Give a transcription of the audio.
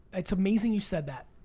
it's amazing you said that,